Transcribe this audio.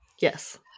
Yes